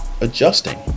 adjusting